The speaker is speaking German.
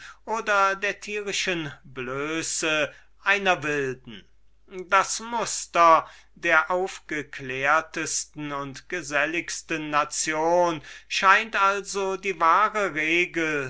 oder der tierischen blöße einer wilden das muster der aufgeklärtesten und geselligsten nation scheint also die wahre regul